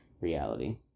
reality